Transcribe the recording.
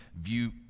view